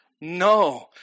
no